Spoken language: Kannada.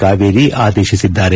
ಕಾವೇರಿ ಆದೇಶಿಸಿದ್ದಾರೆ